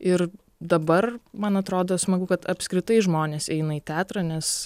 ir dabar man atrodo smagu kad apskritai žmonės eina į teatrą nes